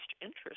interest